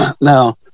Now